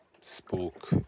spoke